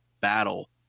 battle